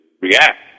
react